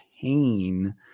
pain